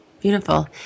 Beautiful